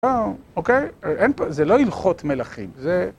אוקיי? אין פה... זה לא הלכות מלכים, זה...